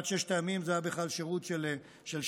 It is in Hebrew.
עד ששת הימים זה היה בכלל שירות של שנתיים,